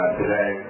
today